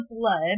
blood